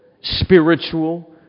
spiritual